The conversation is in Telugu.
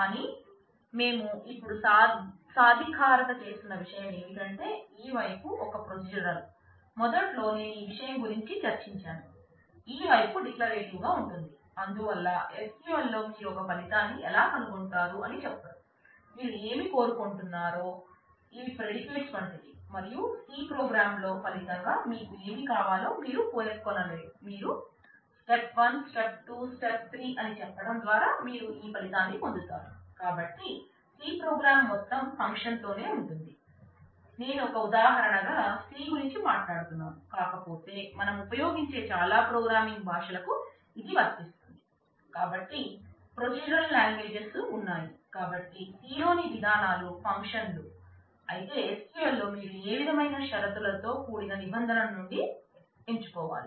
కానీ మేము ఇప్పుడు సాధికారత చేస్తున్న విషయం ఏమిటంటే ఈ వైపు ఒక ప్రొసీజరల్ అయితే SQL లో మీరు ఏ విధమైన షరతులతో కూడిన నిబంధన నుండి ఎంచుకోవాలి